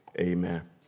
Amen